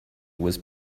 was